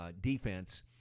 defense